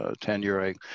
tenure